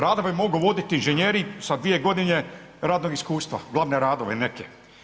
Radove mogu voditi inženjeri sa dvije godine radnog iskustva, glavne radove neke.